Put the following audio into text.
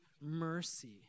mercy